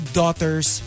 daughters